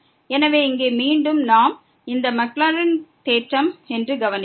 எனவே இங்கே மீண்டும் நாம் இந்த மாக்லவுரின் தேற்றம் என்று கவனிக்கிறோம்